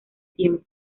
tiempo